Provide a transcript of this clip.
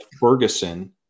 Ferguson